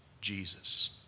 Jesus